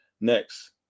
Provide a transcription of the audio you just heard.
Next